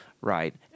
right